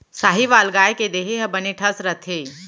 साहीवाल गाय के देहे ह बने ठस रथे